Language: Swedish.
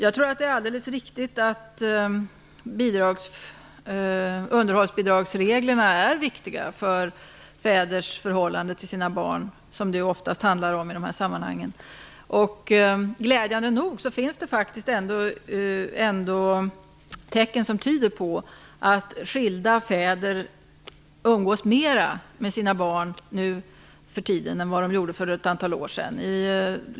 Det är alldeles riktigt att underhållsbidragsreglerna är viktiga för fäders förhållande till sina barn - det är oftast detta det handlar om i dessa sammanhang. Glädjande nog finns det tecken som tyder på att skilda fäder umgås mera med sina barn nu för tiden är för ett antal år sedan.